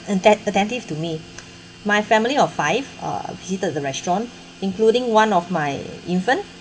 atten~ attentive to me my family of five uh visited the restaurant including one of my infant